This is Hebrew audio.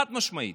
חד-משמעית.